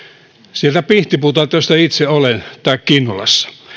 siellä pihtiputaalla josta itse olen tai kinnulassa